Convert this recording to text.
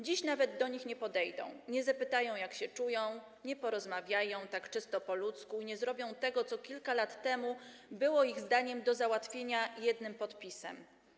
Dziś nawet do nich nie podejdą, nie zapytają, jak się czują, nie porozmawiają, tak czysto po ludzku, nie zrobią tego, co kilka lat temu było ich zdaniem do załatwienia jednym podpisem.